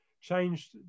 changed